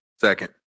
Second